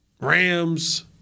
Rams